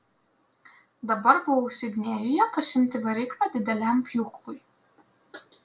dabar buvau sidnėjuje pasiimti variklio dideliam pjūklui